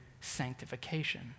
sanctification